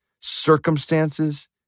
circumstances